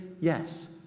Yes